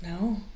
No